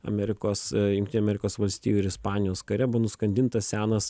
amerikos jungtinių amerikos valstijų ir ispanijos kare buvo nuskandintas senas